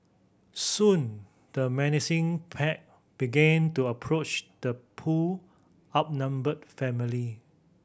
soon the menacing pack began to approach the poor outnumbered family